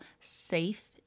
safe